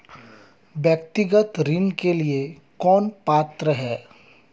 व्यक्तिगत ऋण के लिए कौन पात्र है?